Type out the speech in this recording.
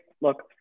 look